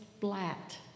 Blatt